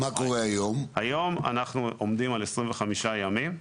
היום אנחנו עומדים על 25 ימים.